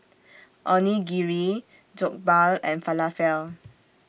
Onigiri Jokbal and Falafel